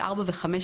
ארבע וחמש,